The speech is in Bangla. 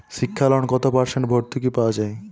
শিক্ষা লোনে কত পার্সেন্ট ভূর্তুকি পাওয়া য়ায়?